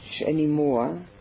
anymore